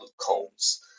Combs